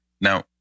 Now